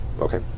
Okay